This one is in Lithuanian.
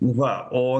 va o